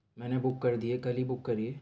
میں نے بک کر دی ہے کل ہی بک کری ہے